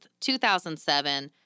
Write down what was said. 2007